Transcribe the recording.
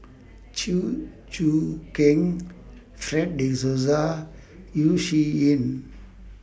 Chew Choo Keng Fred De Souza Yeo Shih Yun